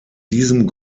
diesem